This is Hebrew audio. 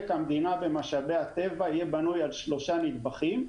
המדינה במשאבי הטבע יהיה בנוי על שלושה נדבכים: